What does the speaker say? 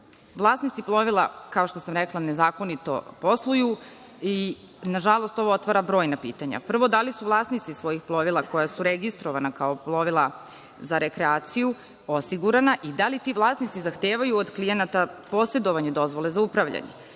Vlasnici plovila, ako što sam rekla, nezakonito posluju i nažalost ovo otvara brojna pitanja. Prvo, da li su vlasnici svojih plovila koja su registrovana kao plovila za rekreaciju osigurana i da li ti vlasnici zahtevaju od klijenata posedovanja dozvole za upravljanje?